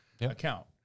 account